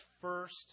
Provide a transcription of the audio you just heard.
first